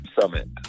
summit